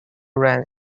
ran